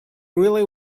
really